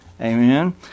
Amen